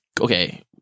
okay